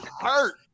hurt